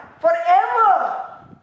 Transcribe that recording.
Forever